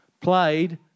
played